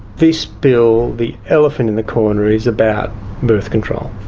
this bill, the elephant in the corner is about birth control